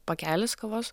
pakelis kavos